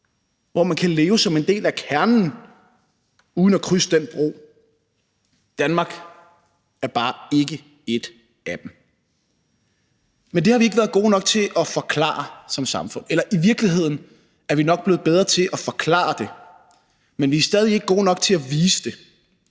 hvor man kan leve som en del af kernen uden at krydse den bro. Danmark er bare ikke et af dem, men det har vi ikke været gode nok til at forklare som samfund, eller i virkeligheden er vi nok blevet bedre til at forklare det, men vi er stadig væk ikke gode nok til at vise det,